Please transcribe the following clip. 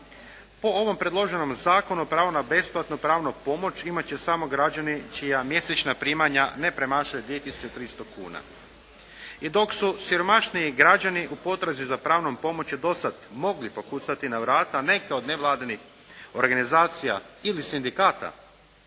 Po ovom predloženom zakonu pravo na besplatnu pravnu pomoć imat će samo građani čija mjesečna primanja ne premašuju 2 tisuće 300 kuna. I dok su siromašniji građani u potrazi za pravnom pomoći dosada mogli pokucati na vrata neke od nevladinih organizacija ili sindikata